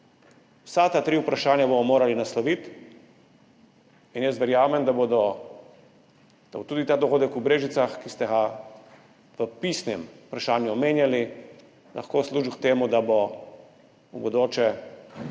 Vsa ta tri vprašanja bomo morali nasloviti in jaz verjamem, da bo tudi ta dogodek v Brežicah, ki ste ga v pisnem vprašanju omenjali, lahko služil temu, da bodo v bodoče